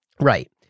Right